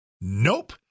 nope